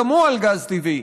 גז טבעי.